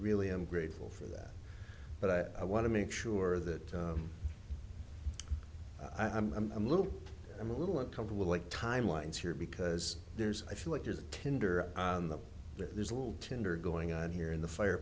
really i'm grateful for that but i want to make sure that i'm a little i'm a little uncomfortable like timelines here because there's i feel like there's a tinder on the there's a little tinder going on here in the fire